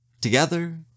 Together